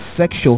sexual